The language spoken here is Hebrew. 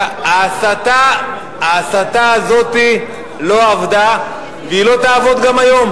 ההסתה הזאת לא עבדה, והיא לא תעבוד גם היום.